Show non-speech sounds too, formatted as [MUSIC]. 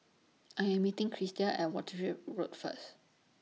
I Am meeting Krista At Wishart [NOISE] Road First